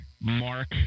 Mark